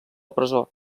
presó